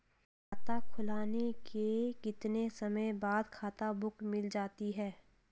खाता खुलने के कितने समय बाद खाता बुक मिल जाती है?